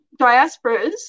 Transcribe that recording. diasporas